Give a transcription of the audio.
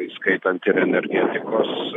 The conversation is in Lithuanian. įskaitant ir energetikos